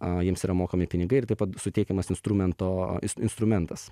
jiems yra mokami pinigai ir taip pat suteikiamas instrumento instrumentas